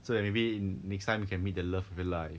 so maybe in next time you can meet the love of your life